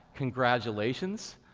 congratulations.